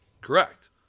Correct